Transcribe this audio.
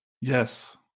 Yes